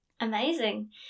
Amazing